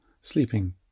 sleeping